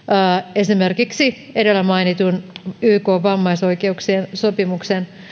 esimerkiksi edellä mainitun ykn vammaisoikeuksien sopimuksen